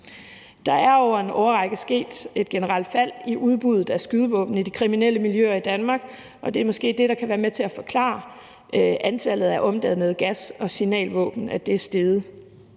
Der er over en årrække sket et generelt fald i udbuddet af skydevåben i de kriminelle miljøer i Danmark, og det er måske det, der kan være med til at forklare, at antallet af omdannede gas- og signalvåben er steget.